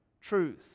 truth